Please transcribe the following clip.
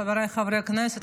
חבריי חברי הכנסת,